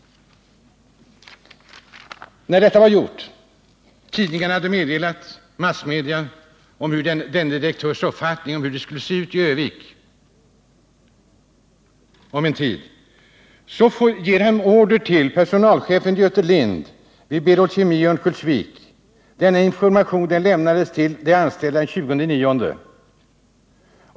När detta var gjort, när tidningarna och massmedia i övrigt meddelats denne direktörs uppfattning om hur det skulle komma att se ut i Örnsköldsvik om en tid, så ger direktören order till personalchefen Göte Lind vid Berol Kemi i Örnsköldsvik att informera personalen. Denna information lämnades till de anställda den 20 september.